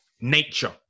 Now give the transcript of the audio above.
nature